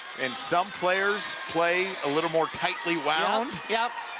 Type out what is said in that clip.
and some players play a little more tightly wound. yep.